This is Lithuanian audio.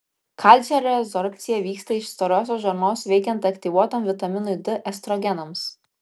kalcio rezorbcija vyksta iš storosios žarnos veikiant aktyvuotam vitaminui d estrogenams